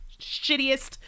shittiest